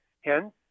Hence